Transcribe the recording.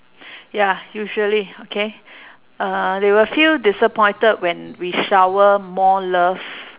ya usually okay uh they will feel disappointed when we shower more love